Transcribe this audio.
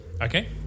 Okay